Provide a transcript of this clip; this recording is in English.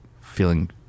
feeling